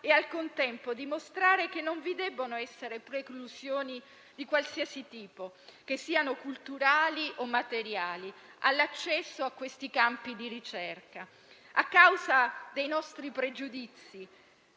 e al contempo dimostrare che non vi devono essere preclusioni di alcun tipo - culturali o materiali che siano - all'accesso a questi campi di ricerca. A causa dei nostri pregiudizi,